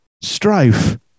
Strife